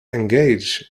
engaged